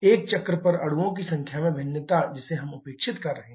एक चक्र पर अणुओं की संख्या में भिन्नता जिसे हम उपेक्षित कर रहे हैं